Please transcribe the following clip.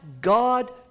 God